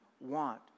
want